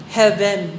heaven